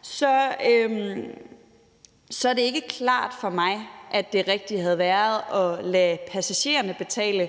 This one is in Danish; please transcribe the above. så er det ikke klart for mig, at det havde været rigtigt at lade passagererne betale